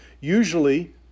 usually